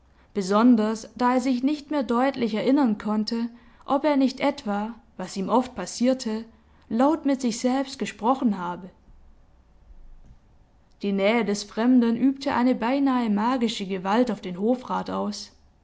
besonders da er sich nicht mehr deutlich erinnern konnte ob er nicht etwa was ihm oft passierte laut mit sich selbst gesprochen habe die nähe des fremden übte eine beinahe magische gewalt auf den hofrat aus